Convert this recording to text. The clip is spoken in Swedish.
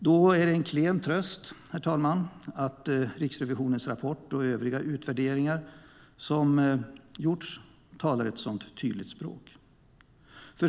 Då är det en klen tröst, herr talman, att Riksrevisionens rapport och övriga utvärderingar som gjorts talar ett så tydligt språk.